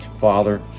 Father